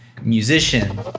musician